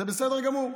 זה בסדר גמור,